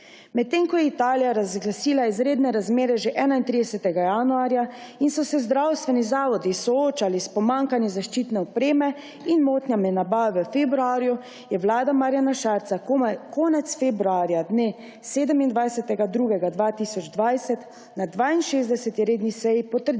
Medtem ko je Italija razglasila izredne razmere že 31. januarja in so se zdravstveni zavodi soočali s pomanjkanjem zaščitne opreme in motnjami nabave v februarju, je vlada Marjana Šarca komaj konec februarja, dne 27. 2. 2020, na 62. redni seji potrdila